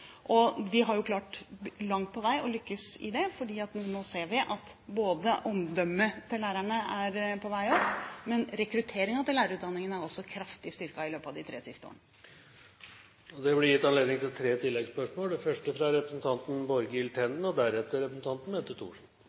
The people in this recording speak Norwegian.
Og vi har jo langt på vei klart å lykkes i det, for nå ser vi at omdømmet til lærerne er på vei opp, og rekrutteringen til lærerutdanningen er også kraftig styrket i løpet av de tre siste årene. Det blir gitt anledning til tre oppfølgingsspørsmål – først Borghild Tenden. Venstre har over lang tid vært opptatt av kompetanseheving for lærere, som også representanten